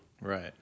Right